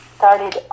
started